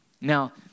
Now